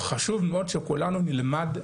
חשוב לראות שכולנו נלמד,